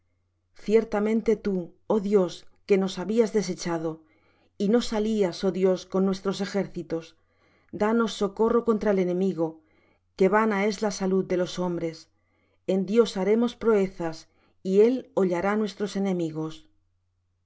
ciertamente tú oh dios que nos habías desechado y no salías oh dios con nuestros ejércitos danos socorro contra el enemigo que vana es la salud de los hombres en dios haremos proezas y él hollará nuestros enemigos